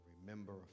Remember